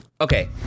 okay